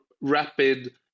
rapid